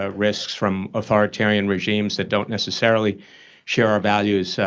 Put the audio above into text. ah risks from authoritarian regimes that don't necessarily share our values. so